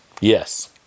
Yes